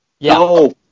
no